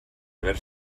haver